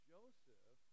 Joseph